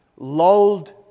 lulled